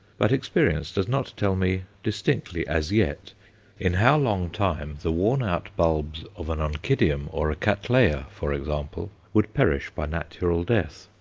but experience does not tell me distinctly as yet in how long time the worn-out bulbs of an oncidium or a cattleya, for example, would perish by natural death.